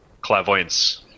clairvoyance